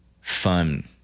fun